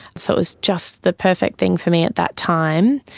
so it was just the perfect thing for me at that time,